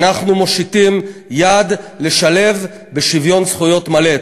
אנחנו מושיטים יד לשלב בשוויון זכויות מלא.